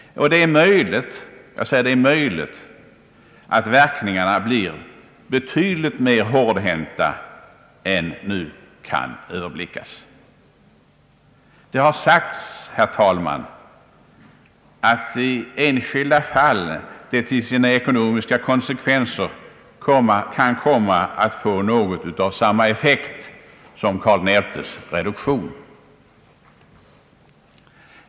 Det är möjligt, att verkningarna blir betydligt mer hårdhänta än nu kan överblickas. Det har sagts, herr talman, att i enskilda fall det till sina ekonomiska konsekvenser kan komma att bli något av samma effekt som av Karl XI:s reduktion.